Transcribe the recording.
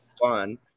fun